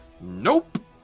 nope